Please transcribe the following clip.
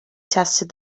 tested